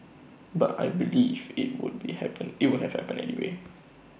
but I believe IT would be happened IT would happened anyway